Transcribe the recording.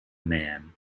man